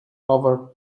other